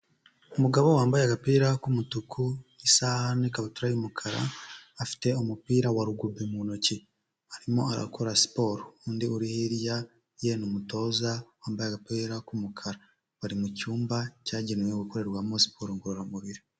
Umugabo wambaye agapira k'umutuku, isaha n'ikabutura y'umukara, afite umupira wa rugubi mu ntoki, arimo arakora siporo; undi uri hirya ye ni umutoza wambaye agapira k'umukara. Bari mu cyumba cyagenewe gukorerwamo siporo ngororamubiri.